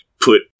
put